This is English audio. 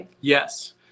Yes